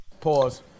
Pause